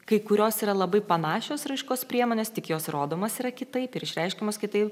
kai kurios yra labai panašios raiškos priemonės tik jos rodomos yra kitaip ir išreiškiamos kitaip